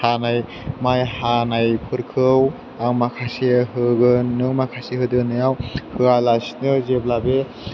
माइ हानायफोरखौ आं माखासे होगोन नों माखासे होदो होननायाव होयालासेनो जेब्ला बे